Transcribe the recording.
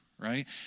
Right